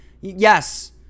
yes